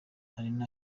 hari